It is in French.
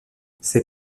ces